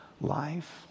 Life